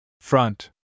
Front